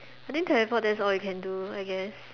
I think teleport that's all you can do I guess